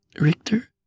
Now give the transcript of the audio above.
Richter